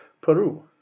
Peru